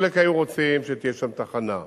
חלק היו רוצים שתהיה שם תחנה,